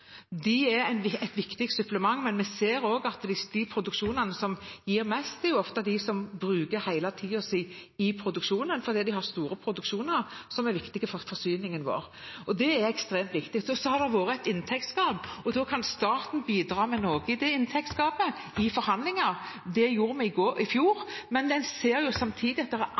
De er et viktig supplement, men vi ser også at de produksjonene som gir mest, ofte er de der hele tiden brukes i produksjonen. Det er store produksjoner som er viktige for forsyningen vår. Det er ekstremt viktig. Det har vært et inntektsgap, og da kan staten bidra med noe i det inntektsgapet i forhandlinger. Det gjorde vi i fjor. Men man ser samtidig at det er